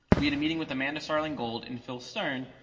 we had a meeting with amanda starling gold and phil stern,